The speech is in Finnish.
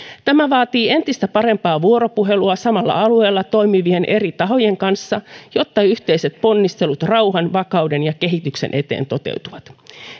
tämä vaatii entistä parempaa vuoropuhelua samalla alueella toimivien eri tahojen kanssa jotta yhteiset ponnistelut rauhan vakauden ja kehityksen eteen toteutuvat